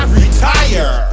retire